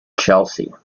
chelsea